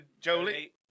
Jolie